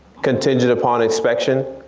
contingent upon inspection?